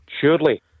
Surely